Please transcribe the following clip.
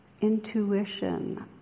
intuition